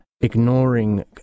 ignoring